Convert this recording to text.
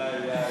איפה הבית?